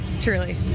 truly